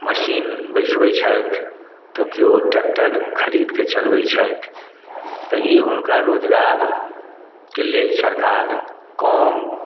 machine बैसबै छथि तऽ कोइ ट्रेक्टर ख़रीदक चलबै छथि तऽ ई हुनका रोजगारक लेल सरकार कम